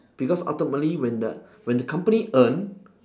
because ultimately when the when the company earn